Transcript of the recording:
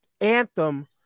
anthem